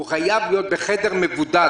הוא חייב להיות בחדר מבודד,